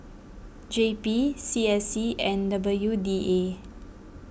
J P C S C and W D A